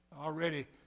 Already